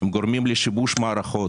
הם גורמים לשיבוש מערכות.